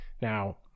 Now